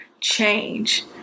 change